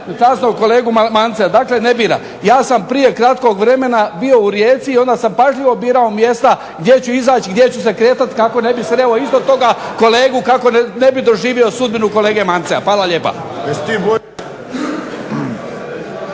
časnog kolegu Mancea. Dakle, ne bira. Ja sam prije kratkog vremena bio u Rijeci i onda sam pažljivo birao mjesta gdje ću izaći i gdje ću se kretati kako ne bih sreo istog toga kolegu, kako ne bih doživio sudbinu kolege Mancea. Hvala lijepa.